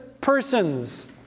persons